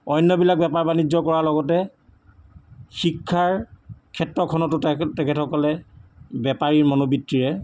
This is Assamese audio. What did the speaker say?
অন্যবিলাক বেপাৰ বাণিজ্য কৰাৰ লগতে শিক্ষাৰ ক্ষেত্ৰখনতো তেখেতসকলে বেপাৰী মনোবৃত্তিৰে